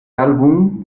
álbum